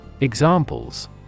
Examples